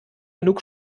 genug